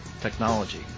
Technology